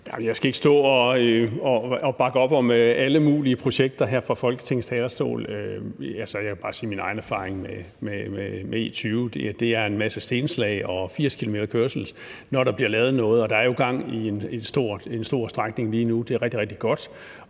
Jeg skal ikke stå og bakke op om alle mulige projekter her fra Folketingets talerstol. Jeg vil bare sige, at min egen erfaring med E20 er en masse stenslag og 80-kilometerkørsel, når der bliver lavet noget. Der er jo gang i en stor strækning lige nu, og det er rigtig,